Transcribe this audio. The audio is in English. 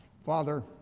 Father